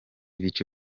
ibice